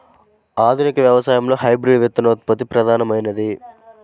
ఆధునిక వ్యవసాయంలో హైబ్రిడ్ విత్తనోత్పత్తి ప్రధానమైనది